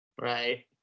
Right